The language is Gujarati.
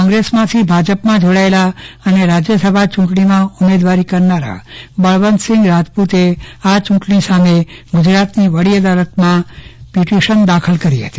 કોંગ્રેસમાંથી ભાજપમાં જોડાયેલા અને રાજ્યસભા ચૂંટણીમાં ઉમેદવારી કરનારા બળવંતસિંહ રાજપુતે આ ચૂંટણી સામે ગુજરાતની વડી અદાલતમાં પીટીશન દાખલ કરી હતી